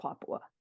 Papua